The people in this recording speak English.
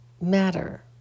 matter